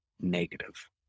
negative